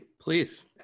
Please